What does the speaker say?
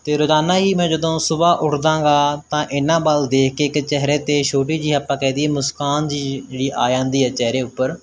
ਅਤੇ ਰੋਜ਼ਾਨਾ ਹੀ ਮੈਂ ਜਦੋਂ ਸੁਬਾਹ ਉੱਠਦਾ ਗਾ ਤਾਂ ਇਹਨਾਂ ਵੱਲ ਦੇਖ ਕੇ ਇੱਕ ਚਿਹਰੇ 'ਤੇ ਛੋਟੀ ਜਿਹੀ ਆਪਾਂ ਕਹਿ ਦਈਏ ਮੁਸਕਾਨ ਜੀ ਜਿਹੜੀ ਆ ਜਾਂਦੀ ਹੈ ਚਿਹਰੇ ਉੱਪਰ